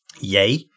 yay